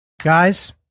Guys